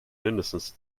mindestens